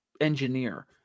engineer